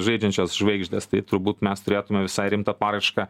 žaidžiančios žvaigždės tai turbūt mes turėtume visai rimtą paraišką